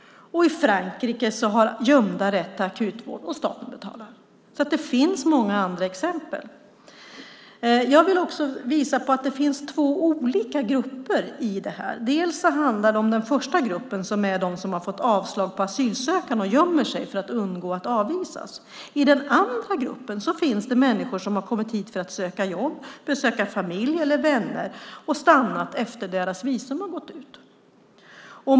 I Frankrike har gömda rätt till akutvård, och staten betalar. Så det finns många andra exempel. Jag vill också visa på att det finns två olika grupper. Den första gruppen är de som har fått avslag på asylansökan och gömmer sig för att undgå att avvisas. I den andra gruppen finns det människor som har kommit hit för att söka jobb, besöka familj eller vänner och stannat efter att deras visum har gått ut.